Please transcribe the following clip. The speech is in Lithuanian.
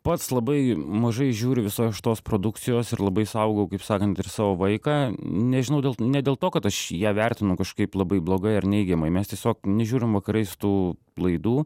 pats labai mažai žiūriu visos šitos produkcijos ir labai saugau kaip sakant ir savo vaiką nežinau dėl ne dėl to kad aš ją vertinu kažkaip labai blogai ar neigiamai mes tiesiog nežiūrim vakarais tų laidų